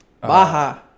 Baja